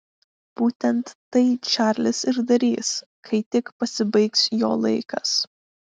būtent tai čarlis ir darys kai tik pasibaigs jo laikas